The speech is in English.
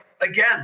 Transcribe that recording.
again